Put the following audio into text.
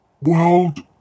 World